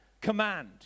command